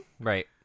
Right